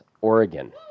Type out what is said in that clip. Oregon